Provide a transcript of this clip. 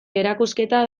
erakusketa